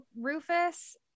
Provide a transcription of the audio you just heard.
Rufus